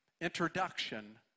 introduction